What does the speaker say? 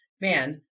man